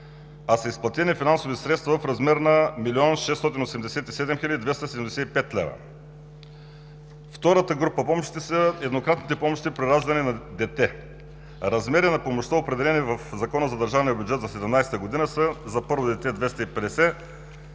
а са изплатени финансови средства в размер на 1 млн. 687 хил. 275 лв. Втората група помощи са еднократните помощи при раждане на дете – размерите на помощите, определени в Закона за държавния бюджет за 2017 г., са: за първо дете – 250